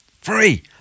Free